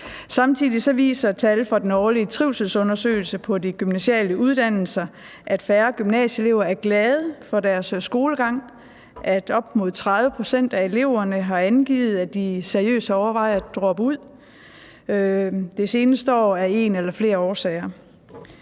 Samtidig viser tal fra den årlige trivselsundersøgelse på de gymnasiale uddannelser, at færre gymnasieelever er glade for deres skolegang, at op imod 30 pct. af eleverne har angivet, at de seriøst har overvejet at droppe ud det seneste år af en eller flere årsager.